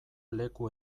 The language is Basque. leku